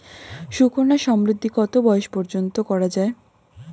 সুকন্যা সমৃদ্ধী কত বয়স পর্যন্ত করা যায়?